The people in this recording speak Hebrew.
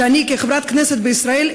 כחברת כנסת בישראל,